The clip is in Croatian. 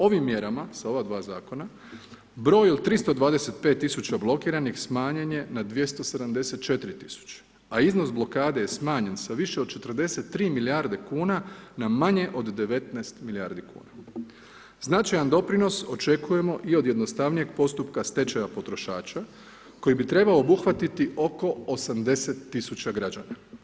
Ovim mjerama, sa ova dva zakona, broj od 325 000 blokiranih smanjen je na 274 000, a iznos blokade je smanjen sa više od 43 milijarde kuna na manje od 19 milijardi kuna. značajan doprinos očekujemo i od jednostavnijeg postupka stečaja potrošača koji bi trebao obuhvatiti oko 80 000 građana.